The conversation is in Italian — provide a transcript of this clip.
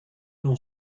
non